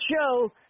show